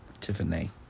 Tiffany